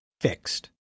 fixed